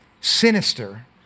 Sinister